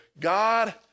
God